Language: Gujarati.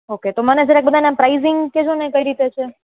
ઓકે તો મને જરાક બધાના પ્રાઈઝિંગ કેજોને કઈ રીતે છે